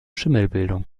schimmelbildung